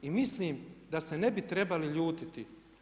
I mislim da se ne bi trebali ljutiti.